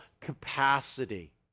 capacity